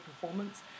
performance